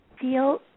Feel